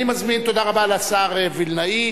תודה רבה לשר וילנאי.